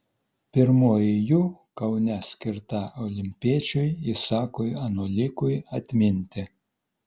pirmoji jų kaune skirta olimpiečiui isakui anolikui atminti